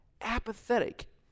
apathetic